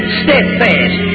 steadfast